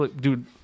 dude